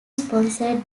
sponsored